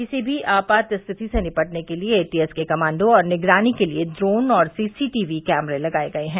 किसी भी आपात स्थिति से निपटने के लिए एटीएस के कमाण्डों और निगरानी के लिए ड्रोन व सीसी टीवी कैमरे लगाये गये हैं